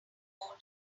coat